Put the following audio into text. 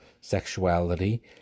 sexuality